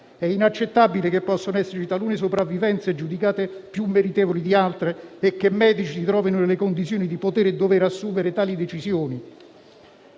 È inaccettabile che talune sopravvivenze possano essere giudicate più meritevoli di altre e che i medici si trovino nelle condizioni di poter e dover assumere tali decisioni.